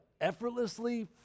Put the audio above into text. effortlessly